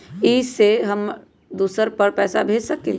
इ सेऐ हम दुसर पर पैसा भेज सकील?